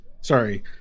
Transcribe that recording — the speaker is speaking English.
Sorry